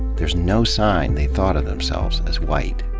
there's no sign they thought of themselves as white.